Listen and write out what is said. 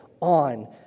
on